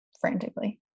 frantically